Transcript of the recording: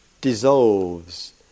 dissolves